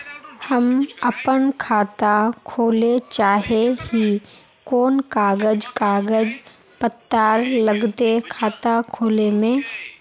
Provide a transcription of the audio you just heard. हम अपन खाता खोले चाहे ही कोन कागज कागज पत्तार लगते खाता खोले में?